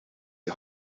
die